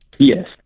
Yes